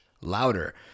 louder